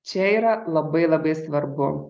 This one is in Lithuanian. čia yra labai labai svarbu